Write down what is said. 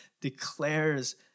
declares